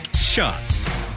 shots